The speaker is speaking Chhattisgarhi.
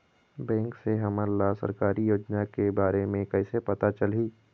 बैंक से हमन ला सरकारी योजना के बारे मे कैसे पता चलही?